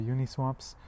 Uniswap's